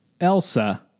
Elsa